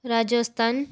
Rajasthan